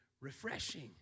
refreshing